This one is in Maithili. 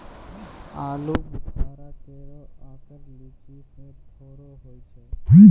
आलूबुखारा केरो आकर लीची सें थोरे बड़ो होय छै